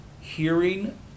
hearing